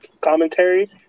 commentary